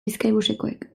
bizkaibusekoek